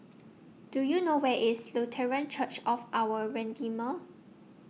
Do YOU know Where IS Lutheran Church of Our Redeemer